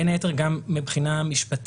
בין היתר גם מבחינה משפטית,